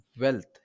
wealth